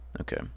Okay